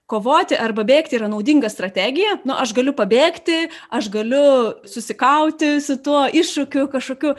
kovoti arba bėgti yra naudinga strategija nu aš galiu pabėgti aš galiu susikauti su tuo iššūkiu kažkokiu